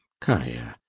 kaia,